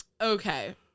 Okay